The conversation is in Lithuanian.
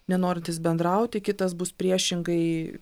nenorintis bendrauti kitas bus priešingai